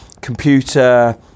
computer